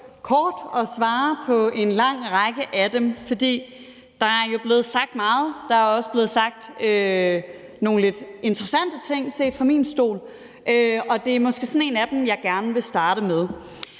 kort at svare på en lang række af dem, for der er jo blevet sagt meget, og der er også blevet sagt nogle lidt interessante ting set fra min stol, og det er måske sådan en af dem, jeg vil starte med.